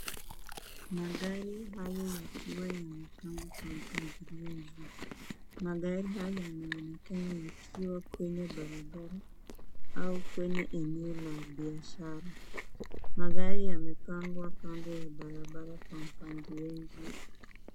Magari hayo yakiwa yamepangwa kwa mpangilio mzuri, magari hayo yanaonekana yakiwa kwenye barabara au kwenye eneo la biashara. Magari yamepangwa kando ya barabara kwa mpangilio mzuri.